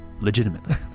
Legitimately